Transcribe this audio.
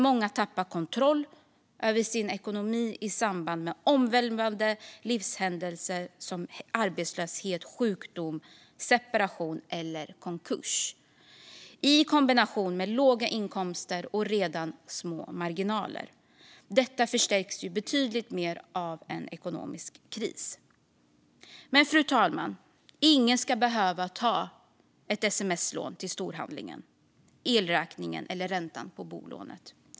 Många tappar kontrollen över sin ekonomi i samband med omvälvande livshändelser, till exempel arbetslöshet, sjukdom, separation eller konkurs, i kombination med låga inkomster och redan små marginaler. Detta förstärks betydligt mer av en ekonomisk kris. Fru talman! Ingen ska behöva ta ett sms-lån till storhandlingen, elräkningen eller räntan på bolånet.